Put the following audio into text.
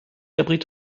abrite